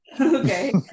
Okay